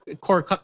core